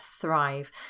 thrive